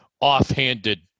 offhanded